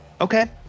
okay